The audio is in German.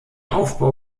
aufbau